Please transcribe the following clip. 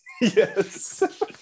Yes